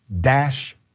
dash